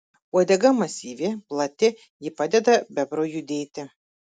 uodega masyvi plati ji padeda bebrui judėti